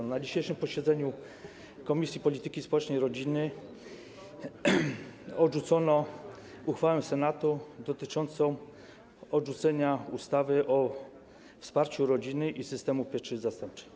Na dzisiejszym posiedzeniu Komisji Polityki Społecznej i Rodziny odrzucono uchwałę Senatu dotyczącą odrzucenia ustawy o wsparciu rodziny i systemu pieczy zastępczej.